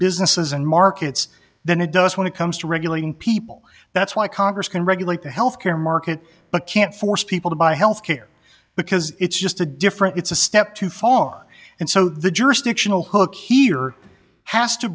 businesses and markets than it does when it comes to regulating people that's why congress can regulate the health care market but can't force people to buy health care because it's just a different it's a step too far and so the jurisdictional hook here has to